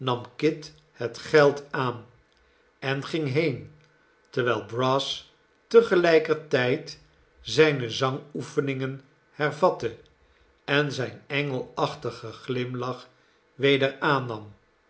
het geld aan en ging heen terwijl brass te gelijker tijd zijne zangoefeningen hervatte en zijn engelachtigen glimlach weder aannam